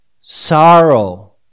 sorrow